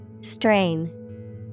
Strain